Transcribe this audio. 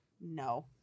no